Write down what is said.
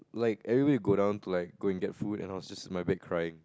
like everybody would go down to like go and get food and I was just in my bed crying